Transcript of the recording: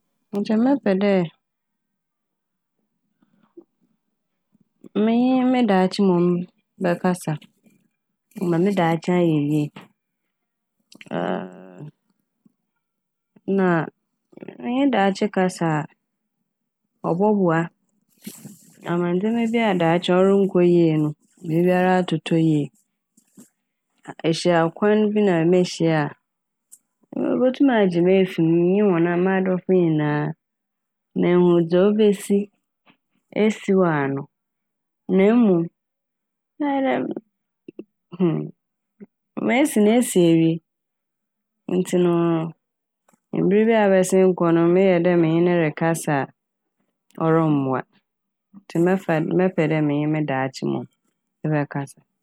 Nkyɛ mɛpɛ dɛ menye me daakye mom bɛkasa ma me daakye ayɛ yie. na mm- menye daakye kasa a ɔbɔboa ama ndzɛma bi a daakye ɔronnkɔ yie no bibiara atotɔ yie. Ehyiakwan bi na mehyia a obotum agye me efi m' menye hɔn- m'adɔfo nyinaa. Mehu dza obesi esiw ano na mom mɛyɛ dɛn Mesi no esi ewie ntsi no mber bi a abɛsen kɔ no meyɛ dɛ menye no rekasa a ɔrommboa ntsi mɛfa dɛ- menye me daakye mom bɛkasa.